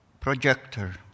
projector